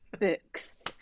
books